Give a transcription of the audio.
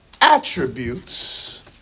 attributes